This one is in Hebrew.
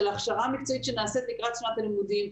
של הכשרה מקצועית שנעשית לקראת שנת הלימודים,